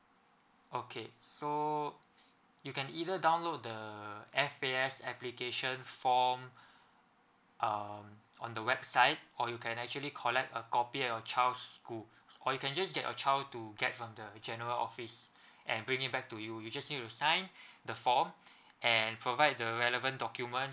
okay so you can either download the F_A_S application form um on the website or you can actually collect a copy at your child's school or you can just get your child to get from the the general office and bring it back to you you just need to sign the form and provide the relevant document